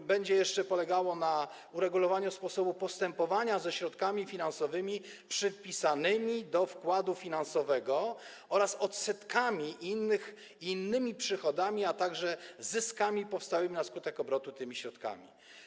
będą polegały na uregulowaniu sposobu postępowania ze środkami finansowymi przypisanymi do wkładu finansowego oraz odsetkami i innymi przychodami, a także zyskami powstałymi na skutek obrotu tymi środkami.